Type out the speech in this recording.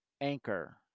anchor